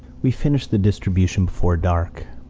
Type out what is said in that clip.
we finished the distribution before dark.